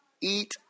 eat